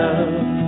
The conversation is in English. Love